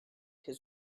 his